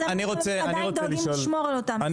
יש מי שעדיין דואגים לשמור על אותם ההסכמים.